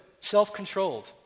self-controlled